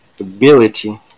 ability